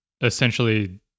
essentially